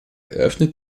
eröffnet